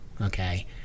Okay